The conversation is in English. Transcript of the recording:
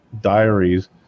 Diaries